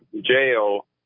jail